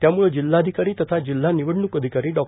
त्यामुळे जिल्हाधिकारी तथा जिल्हा निवडणूक अधिकारी डॉ